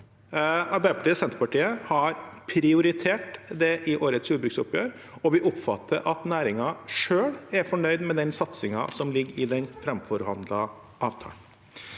Arbeiderpartiet og Senterpartiet har prioritert det i årets jordbruksoppgjør, og vi oppfatter at næringen selv er fornøyd med den satsingen som ligger i den framforhandlede avtalen.